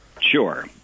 Sure